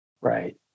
Right